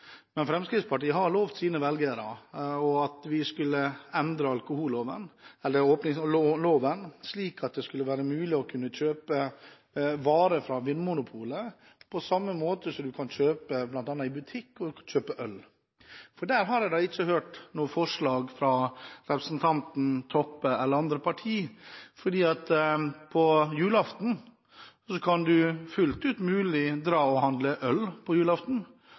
Men Fremskrittspartiet har lovet sine velgere å endre alkoholloven, slik at det skal være mulig å kjøpe varer fra Vinmonopolet på samme måten som man kan kjøpe øl i butikk, og der har jeg ikke hørt noe forslag fra representanten Toppe eller andre partier. På julaften er det fullt mulig å dra og handle øl, men man kan altså ikke handle vin på